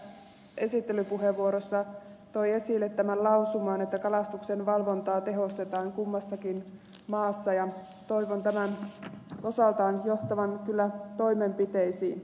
leppä esittelypuheenvuorossa toi esille tämän lausuman että kalastuksen valvontaa tehostetaan kummassakin maassa ja toivon tämän osaltaan johtavan kyllä toimenpiteisiin